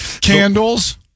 Candles